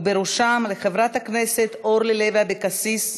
ובראשם לחברת הכנסת אורלי לוי אבקסיס,